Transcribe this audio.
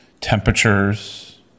temperatures